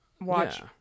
watch